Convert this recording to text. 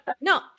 No